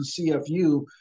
CFU